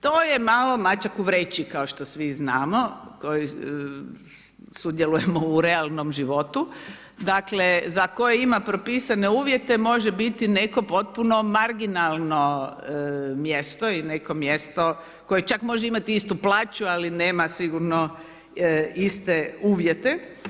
To je malo mačak u vreći kao što svi znamo koji sudjelujemo u realnom životu, dakle za koje ima propisane uvjete može biti netko potpuno marginalno mjesto i neko mjesto koje čak može imati istu plaću ali nema sigurno iste uvjete.